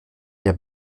der